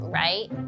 right